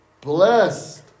Blessed